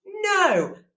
No